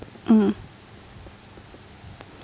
mm